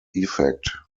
effect